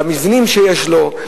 במבנים שיש לו,